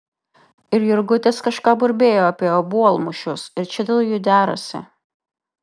ir jurgutis kažką burbėjo apie obuolmušius ir čia dėl jų derasi